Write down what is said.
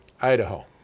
Idaho